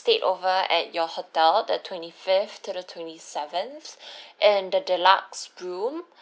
stayed over at your hotel the twenty-fifth to the twenty-seventh in the deluxe room